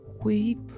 weep